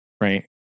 right